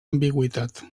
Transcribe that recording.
ambigüitat